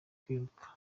kwiruka